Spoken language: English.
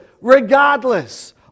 regardless